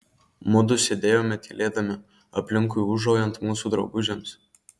mudu sėdėjome tylėdami aplinkui ūžaujant mūsų draugužiams